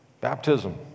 baptism